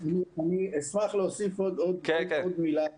אשמח להוסיף עוד מילה אחת.